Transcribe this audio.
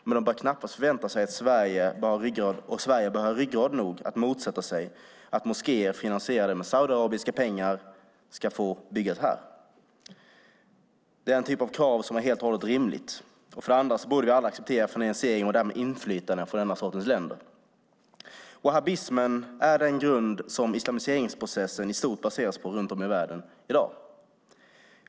Men de bör knappast förvänta sig att moskéer finansierade med saudiarabiska pengar ska få byggas här, och Sverige bör ha ryggrad nog att motsätta sig detta. Det är en typ av krav som är helt och hållet rimligt. Dessutom borde vi aldrig acceptera finansiering och därmed inflytande från denna sorts länder. Wahhabismen är den grund som islamiseringsprocessen i stort baseras på runt om i världen i dag.